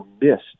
missed